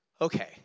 okay